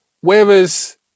whereas